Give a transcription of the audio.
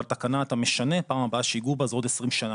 אבל תקנת המשנה פעם הבאה שיגעו בה זה בעוד עשרים שנים,